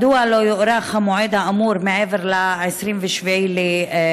מדוע לא יוארך המועד האמור מעבר ל-27 בנובמבר,